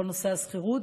כל נושא השכירות.